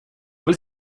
vill